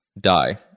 die